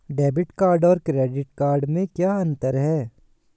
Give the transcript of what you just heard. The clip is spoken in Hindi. डेबिट कार्ड और क्रेडिट कार्ड में क्या अंतर है?